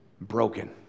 broken